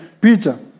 Peter